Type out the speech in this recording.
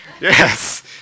Yes